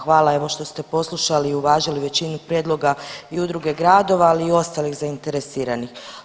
Hvala evo što ste poslušali i uvažili većinu prijedloga i udruge gradova, ali i ostalih zainteresiranih.